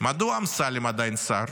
מדוע אמסלם עדיין שר?